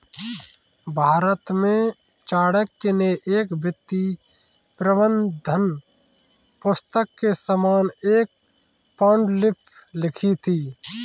भारत में चाणक्य ने एक वित्तीय प्रबंधन पुस्तक के समान एक पांडुलिपि लिखी थी